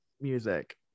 music